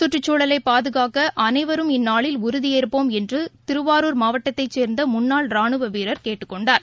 சுற்றுச்சூழலைபாதுகாக்கஅனைவரும் இந்நாளில் உறுதியேற்போம் என்றுதிருவாரூர் மாவட்டத்தைச் சேர்ந்தமுன்னாள் ராணுவவீரர் கேட்டுக் கொண்டார்